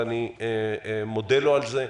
ואני מודה לו על זה,